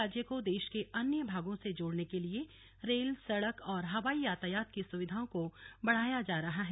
राज्य को देश के अन्य भागों से जोड़ने के लिए रेल सड़क और हवाई यतायात की सुविधाओं को बढ़ाया जा रहा है